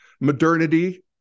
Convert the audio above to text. Modernity